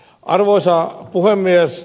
arvoisa puhemies